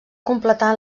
completar